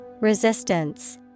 Resistance